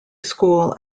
school